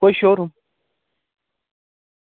कोई शोरूम